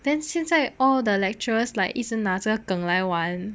then 现在 all the lecturers like 那这个梗来玩